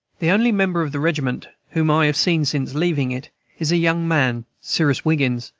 the only member of the regiment whom i have seen since leaving it is a young man, cyrus wiggins,